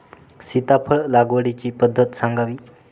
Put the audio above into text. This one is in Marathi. सीताफळ लागवडीची पद्धत सांगावी?